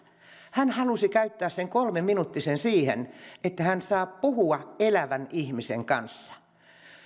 hän halusi käyttää sen kolmeminuuttisen siihen että hän saa puhua elävän ihmisen kanssa